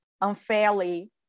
unfairly